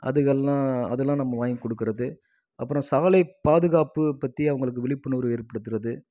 அதுக்கெல்லாம் அதலாம் நம்ம வாங்கி கொடுக்குறது அப்புறம் சவலை பாதுகாப்பு பற்றி அவங்களுக்கு விழிப்புணர்வு ஏற்படுத்துறது